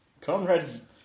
Comrade